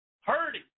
hurting